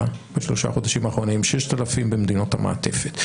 בשלושה חודשים האחרונים ו-6,000 במדינות המעטפת.